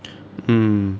mm